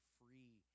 free